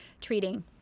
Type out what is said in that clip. treating